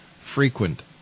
frequent